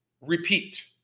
Repeat